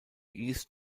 east